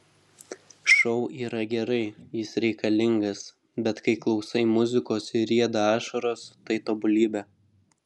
šou yra gerai jis reikalingas bet kai klausai muzikos ir rieda ašaros tai tobulybė